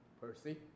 Percy